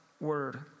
word